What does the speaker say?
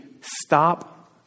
stop